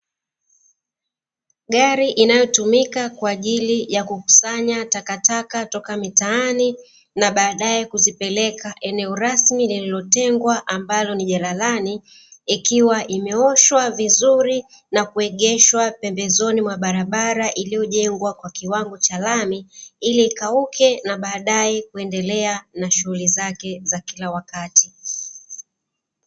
Gari inayotumika kwa ajili ya kukusanya takataka toka mitaani na baadaye kuzipeleka eneo rasmi lililotengwa ambalo ni jalalani. Ikiwa imeoshwa vizuri na kuegeshwa pembezoni mwa barabara iliyojengwa kwa kiwango cha lami, ili ikauke na baadaye kuendelea na shughuli zake za kila wakati.